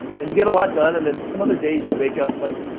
and you get a lot done and then some other days, you wake up like,